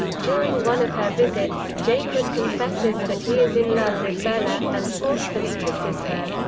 during one of her visits, jacob confesses that he is in love with bella, and forcefully kisses her.